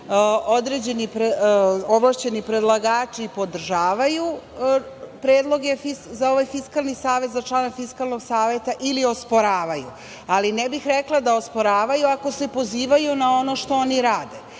određeni ovlašćeni predlagači podržavaju predloge za ovaj Fiskalni savet, za članove Fiskalnog saveta ili osporavaju, ali ne bih rekla da osporavaju ako se pozivaju na ono što oni rade.